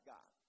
God